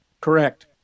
Correct